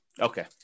Okay